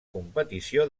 competició